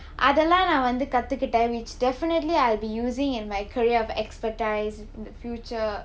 அதுலாம் நான் வந்து கத்துக்கிட்டேன்:adhulaam naan vanthu katthukuttaen which definitely I will be using in my career of expertise in the future